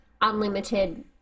unlimited